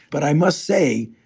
but i must say,